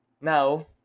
Now